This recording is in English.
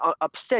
upset